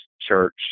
church